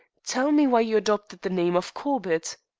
tell me why you adopted the name of corbett?